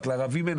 רק לערבים אין,